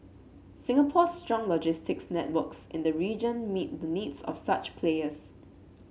Singapore's strong logistics networks in the region meet the needs of such players